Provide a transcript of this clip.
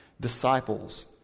disciples